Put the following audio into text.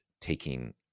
Taking